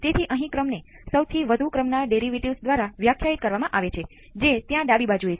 તેથી તે આ પદ અને તે પદનું ધ્યાન રાખે છે V c